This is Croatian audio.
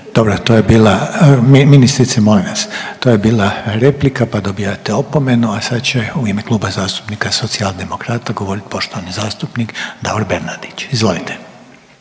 Dobro to je bila, ministrice molim vas, to je bila replika, pa dobijate opomenu, a sad će u ime Kluba zastupnika Socijaldemokrata govorit poštovani zastupnik Davor Bernardić, izvolite.